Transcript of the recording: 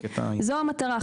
זו המטרה.